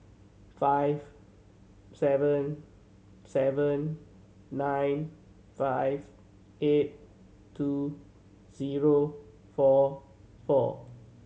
five seven seven nine five eight two zero four four